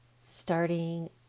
starting